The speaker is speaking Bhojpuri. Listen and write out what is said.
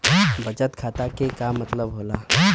बचत खाता के का मतलब होला?